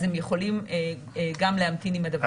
אז הם יכולים גם להמתין עם הדבר הזה.